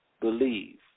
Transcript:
believe